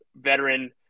veteran